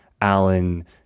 alan